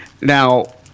now